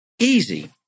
easy